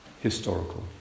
historical